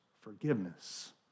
forgiveness